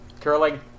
Curling